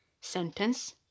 sentence